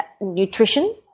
nutrition